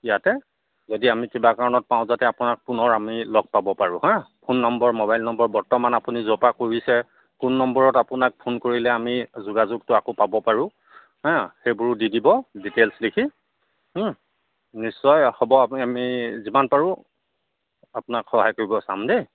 ইয়াতে যদি আমি কিবা কাৰণত পাওঁ যাতে আপোনাক পুনৰ আমি লগ পাব পাৰোঁ হা ফোন নম্বৰ মোবাইল নম্বৰ বৰ্তমান আপুনি য'ৰপৰা কৰিছে কোন নম্বৰত আপোনাক ফোন কৰিলে আমি যোগাযোগটো আকৌ পাব পাৰোঁ হা সেইবোৰো দি দিব ডিটেইছ লিখি নিশ্চয় হ'ব আমি যিমান পাৰোঁ আপোনাক সহায় কৰিব চাম দেই